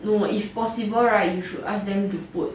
no if possible right you should ask them to put